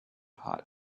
hot